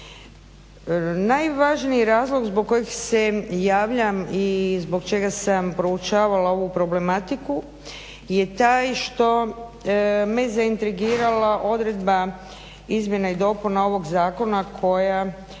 Najvažniji razlog zbog kojeg se javljam i zbog čega sam proučavala ovu problematiku je taj što me zaintrigirala odredba izmjena i dopuna ovog zakona koja